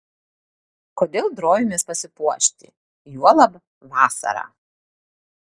kodėl drovimės pasipuošti juolab vasarą